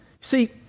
see